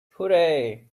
hooray